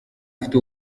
ufite